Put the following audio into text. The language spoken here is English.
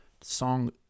song